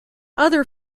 other